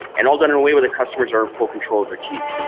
and all done and away where the customers are in full control of their keys